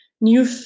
new